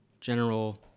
general